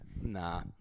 Nah